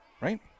Right